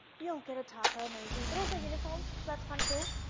you'll get a taco emoji. but also unicorns, so that's kind of cool.